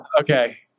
Okay